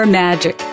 magic